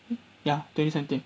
ya twenty seventeen